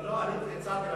לא, אני הצעתי לוועדה.